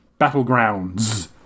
battlegrounds